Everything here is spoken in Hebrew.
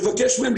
לבקש אותם,